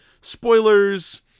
spoilers